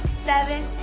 seven,